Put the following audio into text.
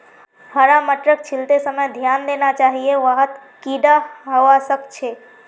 हरा मटरक छीलते समय ध्यान देना चाहिए वहात् कीडा हवा सक छे